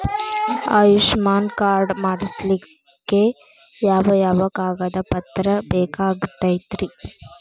Ayushman card ಮಾಡ್ಸ್ಲಿಕ್ಕೆ ಯಾವ ಯಾವ ಕಾಗದ ಪತ್ರ ಬೇಕಾಗತೈತ್ರಿ?